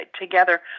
together